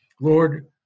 Lord